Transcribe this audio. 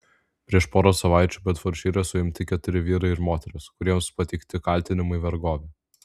prieš porą savaičių bedfordšyre suimti keturi vyrai ir moteris kuriems pateikti kaltinimai vergove